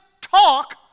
talk